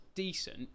Decent